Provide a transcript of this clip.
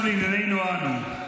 עכשיו לענייננו אנו.